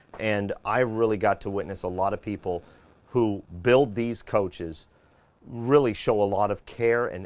and i really got to witness a lot of people who build these coaches really show a lot of care, and